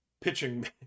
Pitching